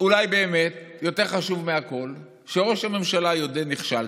אולי באמת יותר חשוב מהכול זה שראש הממשלה יודה: נכשלתי.